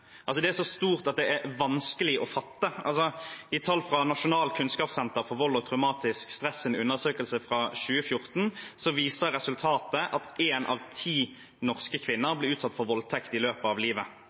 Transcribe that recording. Det er så stort at det er vanskelig å fatte. I tall fra Nasjonalt kunnskapssenter for vold og traumatisk stress sin undersøkelse fra 2014 viser resultatet at én av ti norske kvinner